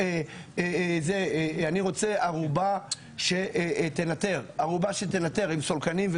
ארובה שתנטר עם סולקנים,